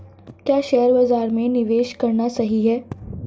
क्या शेयर बाज़ार में निवेश करना सही है?